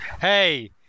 Hey